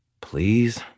please